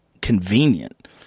convenient